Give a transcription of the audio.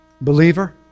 Believer